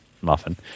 Muffin